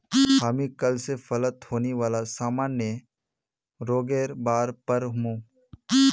हामी कल स फलत होने वाला सामान्य रोगेर बार पढ़ मु